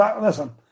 Listen